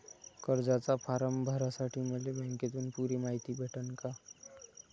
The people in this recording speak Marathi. कर्जाचा फारम भरासाठी मले बँकेतून पुरी मायती भेटन का?